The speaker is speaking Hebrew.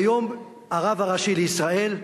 היום הרב הראשי לישראל,